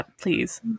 please